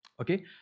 Okay